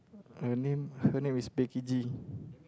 her name her name is Becky G